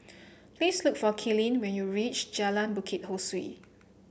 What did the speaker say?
please look for Kalene when you reach Jalan Bukit Ho Swee